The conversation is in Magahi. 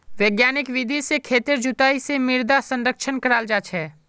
वैज्ञानिक विधि से खेतेर जुताई से मृदा संरक्षण कराल जा छे